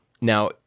Now